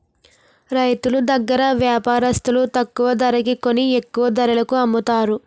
రైతులు దగ్గర వ్యాపారస్తులు తక్కువ ధరకి కొని ఎక్కువ ధరకు అమ్ముతారు